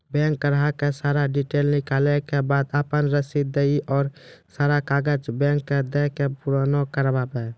Bank ग्राहक के सारा डीटेल निकालैला के बाद आपन रसीद देहि और सारा कागज बैंक के दे के पुराना करावे?